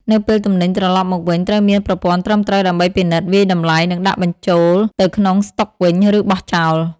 នៅពេលទំនិញត្រឡប់មកវិញ ត្រូវមានប្រព័ន្ធត្រឹមត្រូវដើម្បីពិនិត្យ វាយតម្លៃ និងដាក់បញ្ចូលទៅក្នុងស្តុកវិញ ឬបោះចោល។